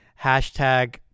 hashtag